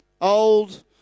old